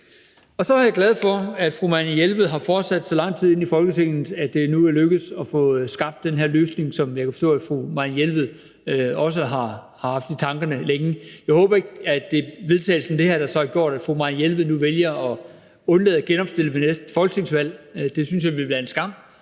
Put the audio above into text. Så er jeg glad for, at fru Marianne Jelved har fortsat så lang tid inde i Folketinget, at det nu er lykkedes at få skabt den her løsning, som jeg kan forstå fru Marianne Jelved også har haft i tankerne længe. Jeg håber ikke, at det er vedtagelsen af det her, der har gjort, at fru Marianne Jelved nu vælger at undlade at genopstille ved næste folketingsvalg, for det synes jeg ville være en skam,